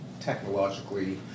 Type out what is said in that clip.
technologically